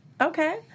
okay